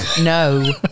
no